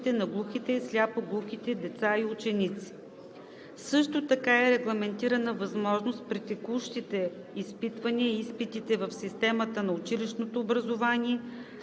на глухите и сляпо-глухите деца и ученици. Също така е регламентирана възможност при текущите изпитвания и изпитите в системата на училищното образование,